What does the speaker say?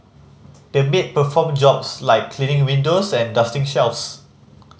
the maid performed jobs like cleaning windows and dusting shelves